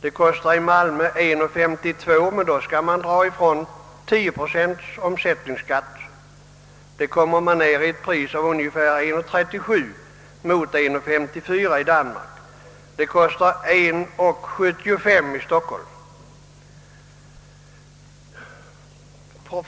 Det kostar i Malmö 1:52, men då skall man dra ifrån 10 procent omsättningsskatt. Då kommer man ner i ett pris på ungefär 1:37. Det kostar 1:75 i Stock holm.